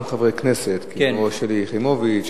גם חברי כנסת כמו שלי יחימוביץ,